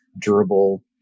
durable